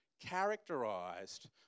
characterized